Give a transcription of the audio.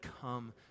come